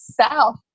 South